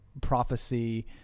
prophecy